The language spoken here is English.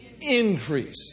increase